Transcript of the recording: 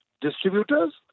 distributors